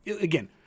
Again